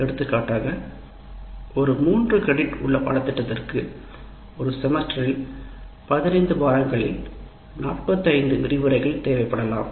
எடுத்துக்காட்டாக ஒரு மூன்று கிரெடிட் உள்ள பாடத்திட்டத்திற்கு 15 வாரங்களில் 45 விரிவுரைகள் தேவைப்படலாம்